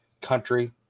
country